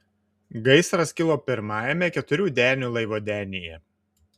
gaisras kilo pirmajame keturių denių laivo denyje